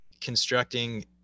constructing